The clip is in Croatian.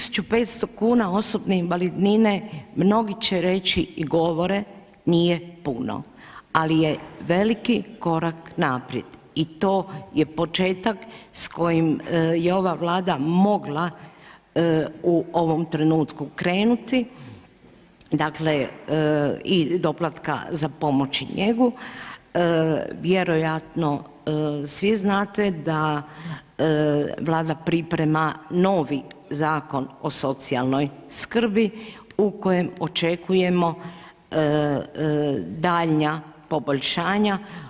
1500 kn osobne invalidnine, mnogi će reći i govore nije puno, ali je veliki korak naprijed i to je početak s kojim je ova vlada mogla u ovom trenutku krenuti, dakle, i doplataka za pomoć i njegu, vjerojatno svi znate da vlada priprema novi Zakon o socijalnoj skrbi u kojoj očekujemo daljnja poboljšanja.